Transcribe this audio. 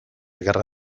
gerra